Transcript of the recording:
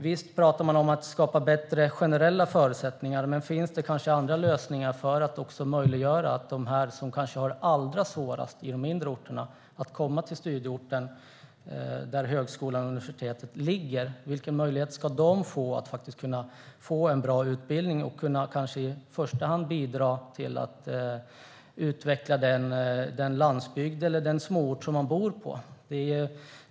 Visst talar man om att skapa bättre generella förutsättningar, men finns det kanske andra lösningar för att möjliggöra också för dem som har det allra svårast - de på de mindre orterna - att komma till studieorten där högskolan eller universitetet ligger? Vilken möjlighet ska de få till en bra utbildning och kanske i första hand kunna bidra till att utveckla den landsbygd eller mindre ort där de bor?